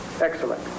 excellent